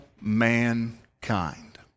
mankind